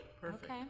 Perfect